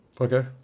Okay